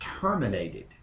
terminated